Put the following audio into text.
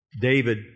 David